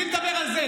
בלי לדבר על זה.